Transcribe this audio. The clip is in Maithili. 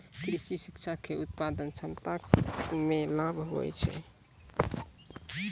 कृषि शिक्षा से उत्पादन क्षमता मे लाभ हुवै छै